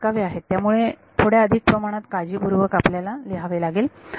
थोडे बारकावे आहेत त्यामुळे थोड्या अधिक प्रमाणात काळजीपूर्वक आपल्याला लिहावे लागेल